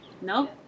No